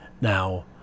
Now